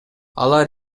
алар